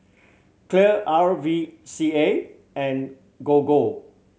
Clear R V C A and Gogo